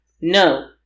no